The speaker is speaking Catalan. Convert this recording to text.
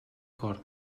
cor